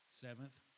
seventh